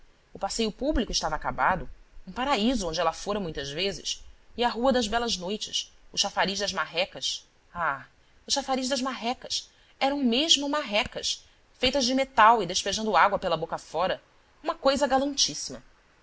o passeio público estava acabado um paraíso onde ela fora muitas vezes e a rua das belas noites o chafariz das marrecas ah o chafariz das marrecas eram mesmo marrecasfeitas de metal e despejando água pela boca fora uma coisa